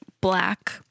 black